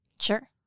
sure